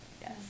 Yes